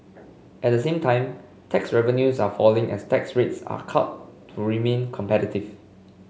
at the same time tax revenues are falling as tax rates are cut to remain competitive